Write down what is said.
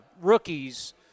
rookies